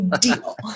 Deal